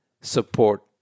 support